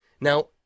Now